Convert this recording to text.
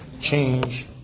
change